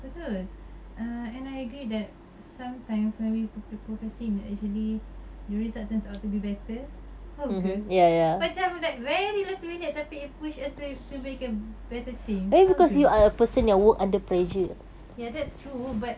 betul err and I agree that sometimes when we pro~ procrastinate actually the result turns out to be better faham ke macam like very last minute tapi it push us to to make a better thing faham ke ya that's true but